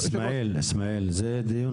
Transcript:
--- איסמעיל, זה דיון